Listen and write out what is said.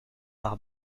par